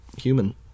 human